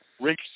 Rick